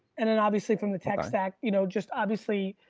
and then obviously from the tech stack, you know just obviously,